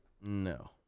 No